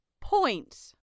points